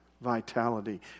vitality